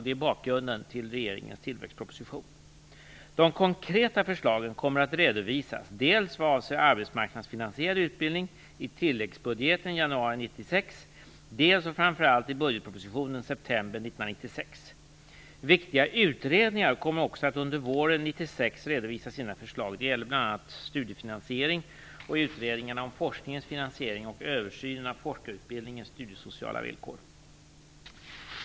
Det är bakgrunden till regeringens tillväxtproposition. De konkreta förslagen kommer att redovisas dels - vad avser arbetsmarknadsfinansierad utbildning - i tilläggsbudgeten januari 1996, dels och framför allt i budgetpropositionen september 1996. Viktiga utredningar kommer också att under våren 1996 redovisa sina förslag. Det gäller bl.a. studiefinansiering, utredningarna om forskningens finansiering samt översynen av forskarutbildningens studiesociala villkor.